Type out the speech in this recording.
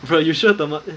brah you sure temasek